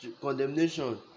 condemnation